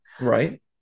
Right